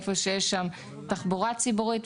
איפה שיש שם תחבורה ציבורית,